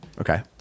Okay